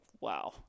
Wow